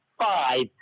five